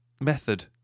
method